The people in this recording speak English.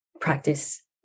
practice